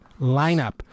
lineup